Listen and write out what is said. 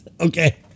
Okay